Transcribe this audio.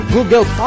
Google